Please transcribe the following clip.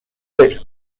بریم